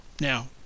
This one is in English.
Now